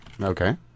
Okay